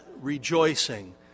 rejoicing